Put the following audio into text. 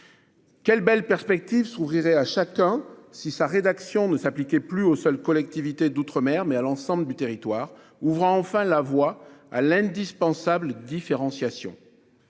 Quelle belle perspective s'ouvrirait à chacun si ce texte ne s'appliquait plus aux seules collectivités d'outre-mer, mais à l'ensemble du territoire, ouvrant enfin la voie à l'indispensable différenciation